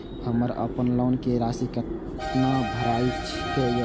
हमर अपन लोन के राशि कितना भराई के ये?